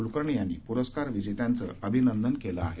कुलकर्णी यांनी पुरस्कार विजेत्यांचं अभिनंदन केलं आहे